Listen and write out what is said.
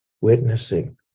witnessing